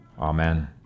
Amen